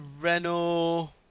Renault